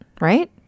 right